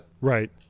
Right